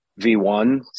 V1